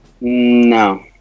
No